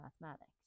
mathematics